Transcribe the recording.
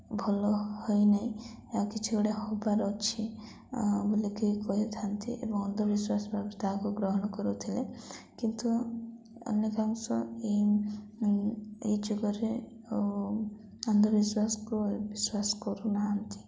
ଭଲ ହୋଇନାହିଁ ୟା କିଛି ଗୁଟେ ହେବାର ଅଛି ବୋଲିକି କହିଥାନ୍ତି ଏବଂ ଅନ୍ଧବିଶ୍ୱାସ ଭାବେ ତାହାକୁ ଗ୍ରହଣ କରୁଥିଲେ କିନ୍ତୁ ଅନେକାଂଶ ଏ ଏ ଯୁଗରେ ଓ ଅନ୍ଧବିଶ୍ୱାସକୁ ବିଶ୍ୱାସ କରୁନାହାନ୍ତି